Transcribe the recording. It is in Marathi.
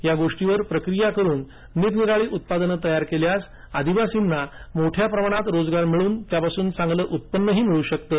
या गोष्टींवर प्रक्रिया करून निरनिराळी उत्पादनं तयार केल्यास आदिवासींना मोठ्या प्रमाणात रोजगार मिळून त्यापासून त्यांना चांगलं उत्पन्नही मिळू शकतं